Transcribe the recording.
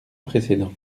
précédents